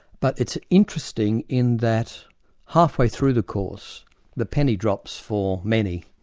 but it's interesting in that half way through the course the penny drops for many,